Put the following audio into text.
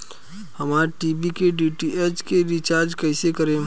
हमार टी.वी के डी.टी.एच के रीचार्ज कईसे करेम?